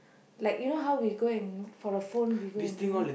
like you know how we go and for the phone we go and renew